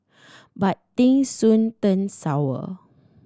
but things soon turned sour